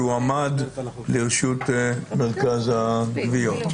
שהועמד לרשות מרכז הגבייה?